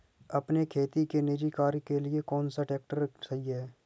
अपने खेती के निजी कार्यों के लिए कौन सा ट्रैक्टर सही है?